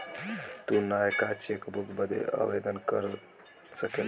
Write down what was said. तू नयका चेकबुक बदे आवेदन दे सकेला